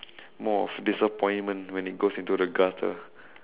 more of disappointment when it goes into the gutter